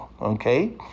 Okay